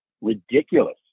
ridiculous